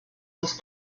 des